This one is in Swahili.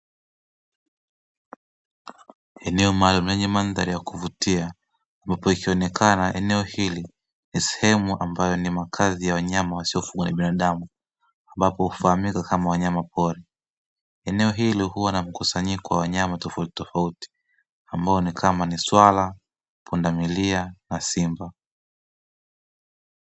Eneo maalumu lenye mandhari ya kuvutia, ambapo likionekana eneo hili ni sehemu ambayo ni makzai ya wanyama wasiofugwa na binadamu ambapo hufaamika kama wanyama pori, eneo hili huwa na mkusanyiko wa wanyama tofauti tofauti kama ni swala, pindamilia na simba.